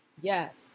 yes